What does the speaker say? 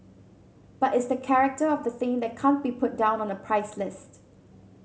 but it's the character of the thing that can't be put down on a price list